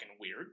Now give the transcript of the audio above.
weird